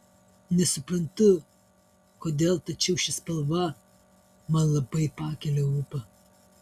nesuprantu kodėl tačiau ši spalva man labai pakelia ūpą